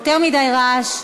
יותר מדי רעש.